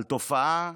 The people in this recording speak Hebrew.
על תופעה,